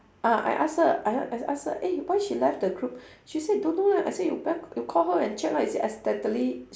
ah I ask her I I ask her eh why she left the group she say don't know leh I say you bet~ you call her and check lah is it accidentally